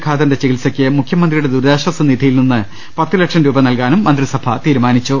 ഖാദറിന്റെ ചികിത്സയ്ക്ക് മുഖ്യമന്ത്രിയുടെ ദൂരിതാശ്വാസനിധിയിൽനിന്ന് പത്ത്ലക്ഷം രൂപ നൽകാനും മന്ത്രിസഭ തീരുമാനിച്ചു